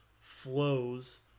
flows